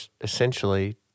essentially